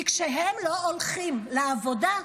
כי כשהם לא הולכים לעבודה,